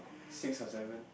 six or seven